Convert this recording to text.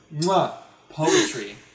Poetry